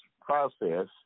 process